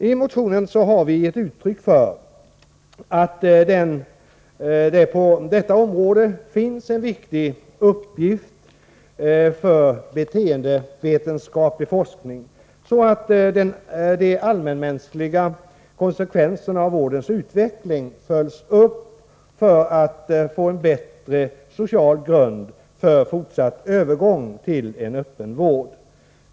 I vår motion har vi gett uttryck för att det på detta område finns en viktig uppgift för beteendevetenskaplig forskning, så att de allmänmänskliga konsekvenserna av vårdens utveckling följs upp för att vi skall få en bättre social grund för fortsatt övergång till öppen vård.